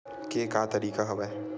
के का तरीका हवय?